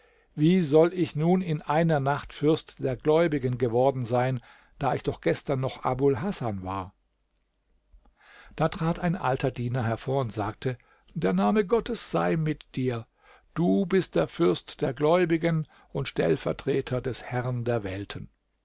wie soll ich nun in einer nacht fürst der gläubigen geworden sein da ich doch gestern noch abul hasan war da trat ein alter diener hervor und sagte der name gottes sei mit dir du bist der fürst der gläubigen und stellvertreter des herrn der welten